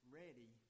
ready